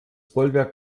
bollwerk